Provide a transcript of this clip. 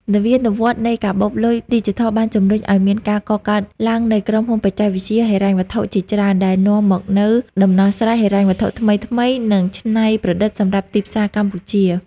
នវានុវត្តន៍នៃកាបូបលុយឌីជីថលបានជម្រុញឱ្យមានការកកើតឡើងនៃក្រុមហ៊ុនបច្ចេកវិទ្យាហិរញ្ញវត្ថុ ជាច្រើន ដែលនាំមកនូវដំណោះស្រាយហិរញ្ញវត្ថុថ្មីៗ និងច្នៃប្រឌិតសម្រាប់ទីផ្សារកម្ពុជា។